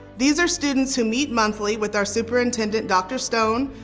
these are students who meet monthly with our superintendent, dr. stone,